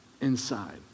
inside